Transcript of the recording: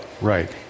Right